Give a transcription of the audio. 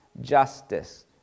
justice